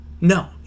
No